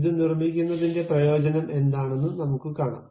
ഇത് നിർമ്മിക്കുന്നതിന്റെ പ്രയോജനം എന്താണെന്ന് നമുക്കുകാണാം